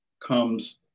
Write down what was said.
comes